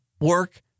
work